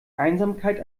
einsamkeit